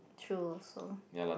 true also